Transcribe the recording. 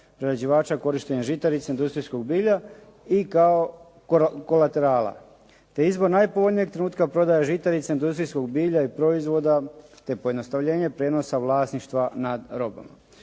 prerađivača korištenja žitarica i industrijskog bilja i kao kolaterala te izbor najpovoljnijeg trenutka prodaje žitarica, industrijsko bilja i proizvoda te pojednostavljenje prijenosa vlasništva nad robom.